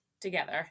together